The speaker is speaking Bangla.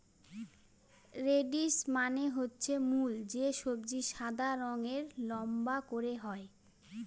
রেডিশ মানে হচ্ছে মূল যে সবজি সাদা রঙের লম্বা করে হয়